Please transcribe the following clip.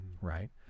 Right